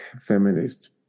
feminist